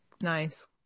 Nice